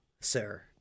sir